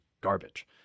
garbage